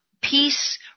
peace